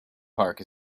park